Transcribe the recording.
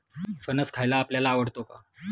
फणस खायला आपल्याला आवडतो का?